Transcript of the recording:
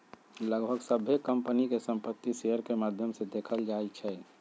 लगभग सभ्भे कम्पनी के संपत्ति शेयर के माद्धम से देखल जाई छई